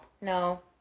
No